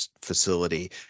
facility